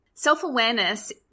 Self-awareness